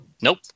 Nope